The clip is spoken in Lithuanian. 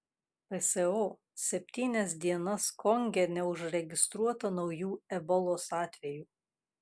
pso septynias dienas konge neužregistruota naujų ebolos atvejų